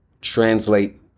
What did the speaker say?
translate